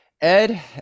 Ed